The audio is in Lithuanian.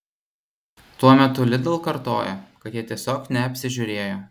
tuo metu lidl kartoja kad jie tiesiog neapsižiūrėjo